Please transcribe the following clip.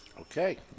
Okay